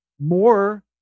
more